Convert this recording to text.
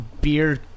beer